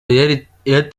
airtel